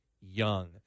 young